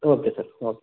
okay sir okay